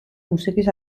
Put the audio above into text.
მუსიკის